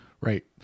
right